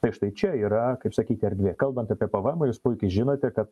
tai štai čia yra kaip sakyti erdvė kalbant apie pavaemą jūs puikiai žinote kad